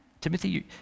Timothy